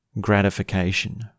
gratification